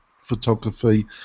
photography